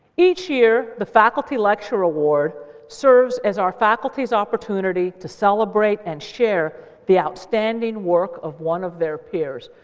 each year, the faculty lecturer award serves as our faculty's opportunity to celebrate and share the outstanding work of one of their peers.